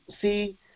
see